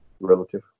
relative